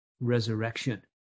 resurrection